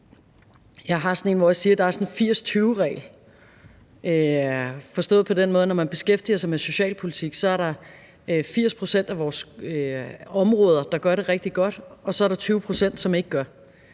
Jeg har en 80-20-regel, og det skal forstås på den måde, at når man beskæftiger sig med socialpolitik, er der 80 pct. af vores områder, der gør det rigtig godt, og så er der 20 pct., der ikke gør.